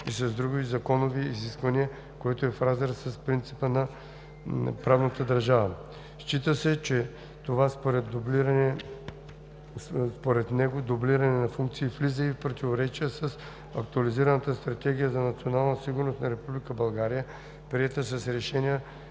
и с други законови изисквания, което е в разрез с принципа на правовата държава. Счита, че това според него дублиране на функции влиза и в противоречие с Актуализираната стратегия за национална сигурност на Република България, приета с Решение